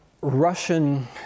Russian